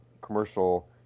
commercial